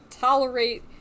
Tolerate